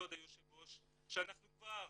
כבוד היושב ראש, שאנחנו כבר